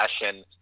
fashion